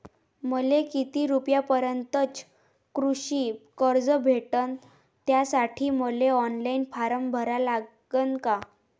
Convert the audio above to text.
मले किती रूपयापर्यंतचं कृषी कर्ज भेटन, त्यासाठी मले ऑनलाईन फारम भरा लागन का?